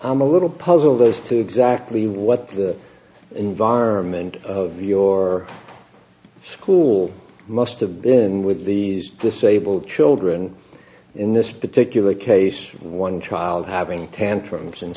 i'm a little puzzled as to exactly what the environment of your school most to begin with the disabled children in this particular case one trial having tantrums and